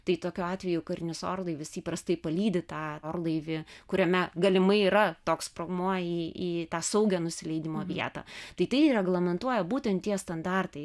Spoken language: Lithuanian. tai tokiu atveju karinis orlaivis įprastai palydi tą orlaivį kuriame galimai yra toks sprogmuo į į tą saugią nusileidimo vietą tai tai reglamentuoja būtent tie standartai